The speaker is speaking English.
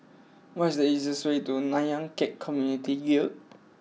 what is the easiest way to Nanyang Khek Community Guild